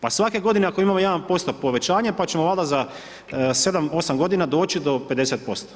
Pa svake godine ako imamo 1% povećanje pa ćemo valjda za 7,8 godina doći do 50%